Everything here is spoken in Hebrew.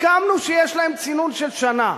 הסכמנו שיש להם צינון של שנה,